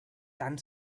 tan